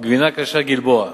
וגבינה קשה "גלבוע".